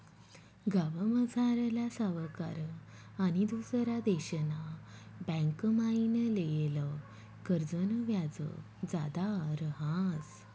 गावमझारला सावकार आनी दुसरा देशना बँकमाईन लेयेल कर्जनं व्याज जादा रहास